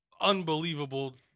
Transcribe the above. unbelievable